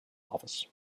office